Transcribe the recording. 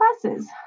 classes